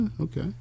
Okay